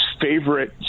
favorite